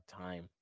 time